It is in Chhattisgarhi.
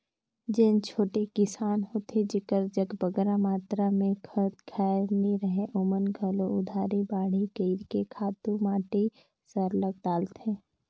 जेन छोटे किसान होथे जेकर जग बगरा मातरा में खंत खाएर नी रहें ओमन घलो उधारी बाड़ही कइर के खातू माटी सरलग डालथें